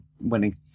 winning